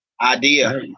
Idea